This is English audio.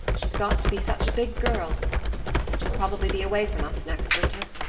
she's got to be such a big girl and she'll probably be away from us next winter.